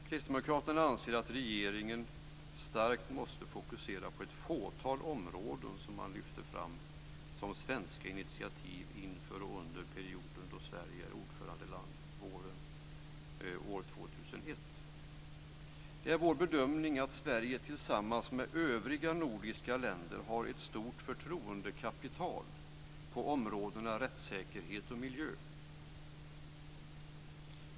Kristdemokraterna anser att regeringen starkt måste fokusera ett fåtal områden som man lyfter fram som svenska initiativ inför och under perioden då Sverige är ordförandeland våren 2001. Det är vår bedömning att Sverige tillsammans med övriga nordiska länder har ett stort förtroendekapital på områdena rättssäkerhet och miljö.